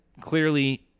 clearly